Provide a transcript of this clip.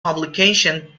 publication